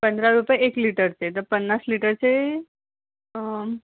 पंधरा रुपये एक लिटरचे तर पन्नास लिटरचे